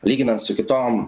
lyginant su kitom